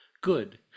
good